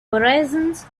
horizons